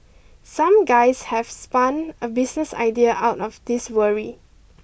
some guys have spun a business idea out of this worry